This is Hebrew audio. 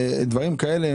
דברים כאלה,